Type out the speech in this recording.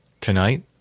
Tonight